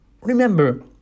Remember